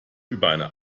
über